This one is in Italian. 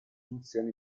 nozioni